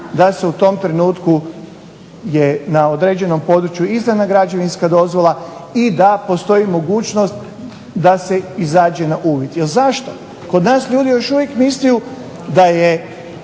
da u tom trenutku je na određenom području izdana građevinska dozvola i da postoji mogućnost da se izađe na uvid. Jer zašto, kod nas ljudi još uvijek misle da se